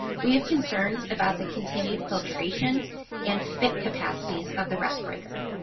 we have concerns about the continued filtration and fit capacities of the respirator.